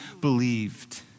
believed